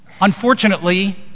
Unfortunately